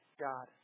God